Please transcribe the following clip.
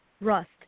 rust